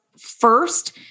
first